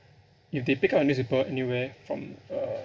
if they pick up a newspaper anywhere from uh